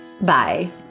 Bye